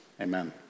amen